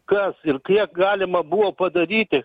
kas ir kiek galima buvo padaryti